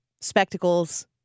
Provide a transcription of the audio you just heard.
spectacles